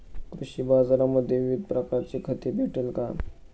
कृषी बाजारांमध्ये विविध प्रकारची खते भेटेल का?